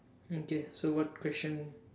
okay so what question